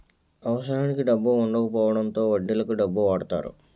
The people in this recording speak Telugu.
అవసరానికి డబ్బు వుండకపోవడంతో వడ్డీలకు డబ్బు వాడతారు